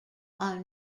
are